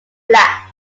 black